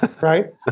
Right